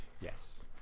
Yes